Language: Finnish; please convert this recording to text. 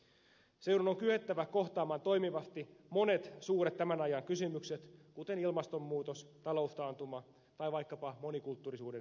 seudun on kyettävä kohtaamaan toimivasti monet tämän ajan suuret kysymykset kuten ilmastonmuutos taloustaantuma tai vaikkapa monikulttuurisuuden lisääntyminen